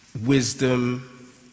wisdom